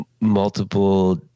multiple